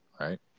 Right